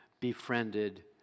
befriended